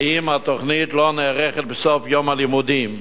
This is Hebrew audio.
אם התוכנית לא נערכת בסוף יום הלימודים.